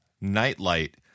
nightlight